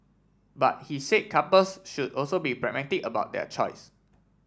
but he said couples should also be pragmatic about their choice